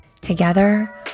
Together